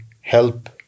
help